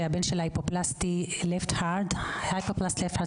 שהבן שלה היפופלסטי בחדר השמאלי של הלב,